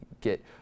get